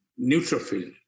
neutrophil